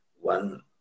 One